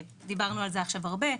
שדיברנו על זה עכשיו הרבה,